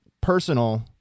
personal